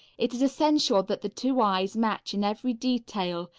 it is essential that the two eyes match in every detail,